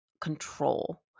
control